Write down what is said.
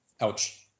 Ouch